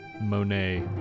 Monet